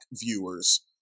viewers